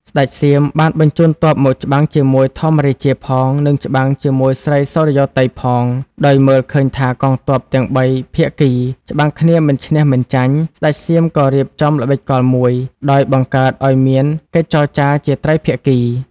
ស្ដេចសៀមបានបញ្ជូនទ័ពមកច្បាំងជាមួយ ធម្មរាជាផង និងច្បាំងជាមួយ ស្រីសុរិយោទ័យផង ដោយមើលឃើញថាកងទ័ពទាំងបីភាគី ច្បាំងគ្នាមិនឈ្នះមិនចាញ់ ស្ដេចសៀមក៏រៀបចំល្បិចកលមួយ ដោយបង្កើតឱ្យមានកិច្ចចរចារជាត្រីភាគី។